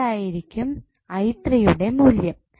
എന്ത് ആയിരിക്കും യുടെ മൂല്യം